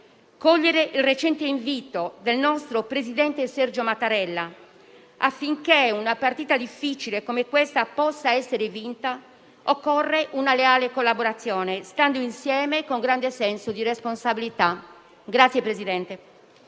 cogliere il recente invito del nostro presidente Sergio Mattarella, per cui, affinché una partita difficile come questa possa essere vinta, occorre una leale collaborazione, stando insieme con grande senso di responsabilità.